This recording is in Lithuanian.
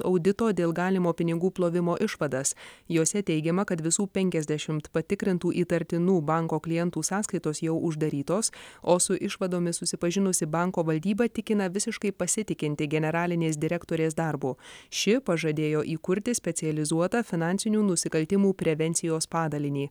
audito dėl galimo pinigų plovimo išvadas jose teigiama kad visų penkiasdešimt patikrintų įtartinų banko klientų sąskaitos jau uždarytos o su išvadomis susipažinusi banko valdyba tikina visiškai pasitikinti generalinės direktorės darbu ši pažadėjo įkurti specializuotą finansinių nusikaltimų prevencijos padalinį